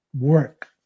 work